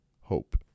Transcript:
hope